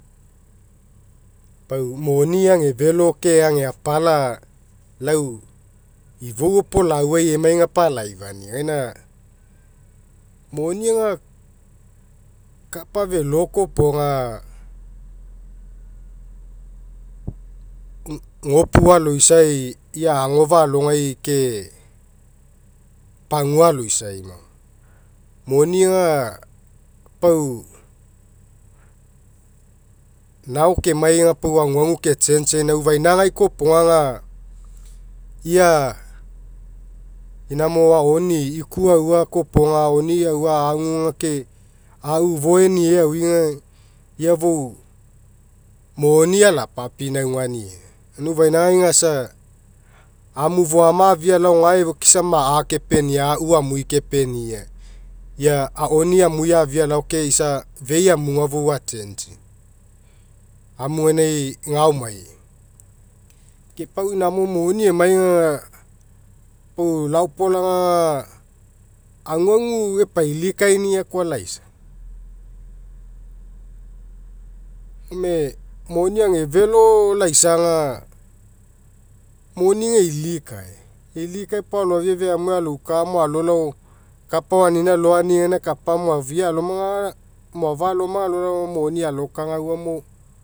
Pau moni ega felo ke ega apala lau ifou opolauai emai aga pau alaifania gaina moni aga kapa felo koa iopoga gopu aloisai ia'a agofa'a alogai ke pagua aloisai. Moni aga pau na kemai aga pau aguagu ke inamo auoni iku aua kopoga auoni aua agu ke a'au foe nie au aga ia fou moni alapapinaugania. Gania ufainagai aga isa ma'a kepenia'a, a'au amui kepenia ia auoni amui afi'i alao ke isa aga fei amui fon achange'i. Amu gainai ga aomai. Ke pau namo moni emai aga pau laopoga aga aguagu epailikaenia koa laisa. Gome moni age felo laisa aga moni aga eilikae ailikae puo aloafia feai alouka mo alolao kapao anina loani gaina kapa moafia aloma aga moafa loma aga alolao moni alokagauamo.